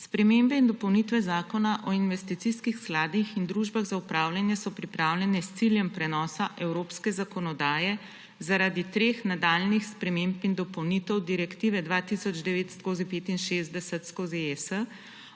Spremembe in dopolnitve Zakona o investicijskih skladih in družbah za upravljanje so pripravljene s ciljem prenosa evropske zakonodaje zaradi treh nadaljnjih sprememb in dopolnitev Direktive 2009/65/ES